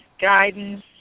guidance